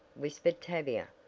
whispered tavia.